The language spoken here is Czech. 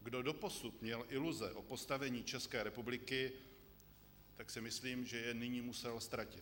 Kdo doposud měl iluze o postavení České republiky, tak si myslím, že je nyní musel ztratit.